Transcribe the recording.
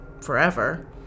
forever